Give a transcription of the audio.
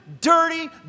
dirty